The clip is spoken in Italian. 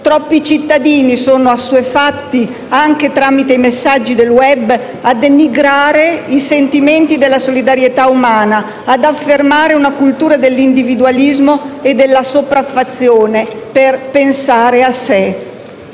Troppi cittadini sono assuefatti, anche tramite i messaggi del *web*, a denigrare i sentimenti della solidarietà umana, ad affermare una cultura dell'individualismo e della sopraffazione, fondata sul